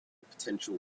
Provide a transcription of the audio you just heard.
potential